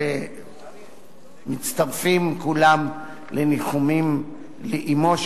ומצטרפים כולם לניחומים לאמו,